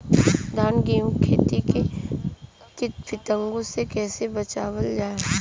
धान गेहूँक खेती के कीट पतंगों से कइसे बचावल जाए?